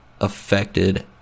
affected